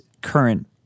current